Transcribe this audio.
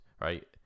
right